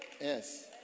Yes